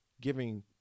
giving